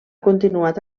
continuat